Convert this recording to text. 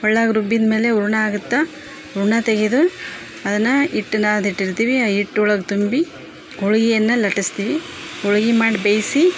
ಒಳ್ಳಾಗೆ ರುಬ್ಬಿದ್ಮೇಲೆ ಹೂರ್ಣ ಆಗುತ್ತೆ ಹೂರ್ಣ ತೆಗೆದು ಅದನ್ನ ಇಟ್ಟು ನಾದಿಟ್ಟಿರ್ತೀವಿ ಆ ಹಿಟ್ಟು ಒಳಗೆ ತುಂಬಿ ಹೋಳಿಗೆಯನ್ನ ಲಟ್ಟಿಸ್ತೀವಿ ಹೋಳಿಗಿ ಮಾಡಿ ಬೇಯಿಸಿ